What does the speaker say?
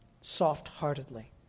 soft-heartedly